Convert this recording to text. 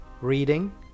reading